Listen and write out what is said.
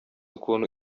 ukuntu